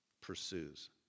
Pursues